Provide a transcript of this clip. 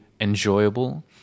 enjoyable